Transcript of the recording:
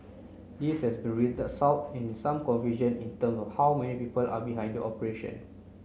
this has resulted in some confusion in term of how many people are behind operation